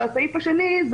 והסעיף השני,